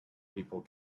people